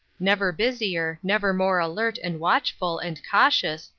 never busier, never more alert, and watchful, and cautious,